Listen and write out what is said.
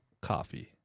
coffee